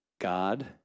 God